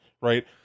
Right